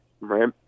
right